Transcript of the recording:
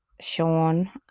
Sean